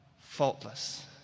faultless